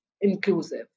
Inclusive